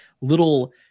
little